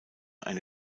eine